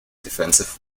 defensive